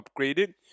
upgraded